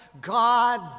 God